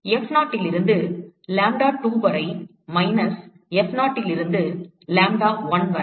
F0 இலிருந்து lambda2 வரை minus F0 இலிருந்து lambda1 வரை